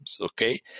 okay